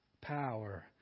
power